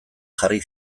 jarri